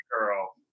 girl